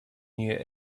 near